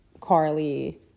Carly